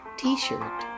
t-shirt